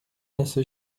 نصفه